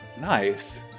Nice